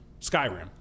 Skyrim